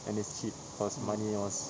and it's cheap cause money was